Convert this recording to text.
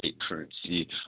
currency